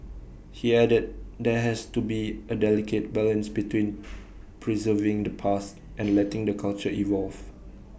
he added there has to be A delicate balance between preserving the past and letting the culture evolve